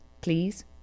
please